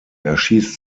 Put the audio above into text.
erschießt